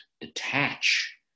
detach